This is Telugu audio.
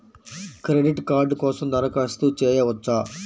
క్రెడిట్ కార్డ్ కోసం దరఖాస్తు చేయవచ్చా?